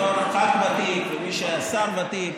בתור ח"כ ותיק ומי שהיה שר ותיק,